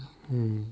mm